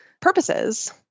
purposes